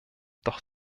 doch